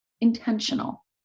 intentional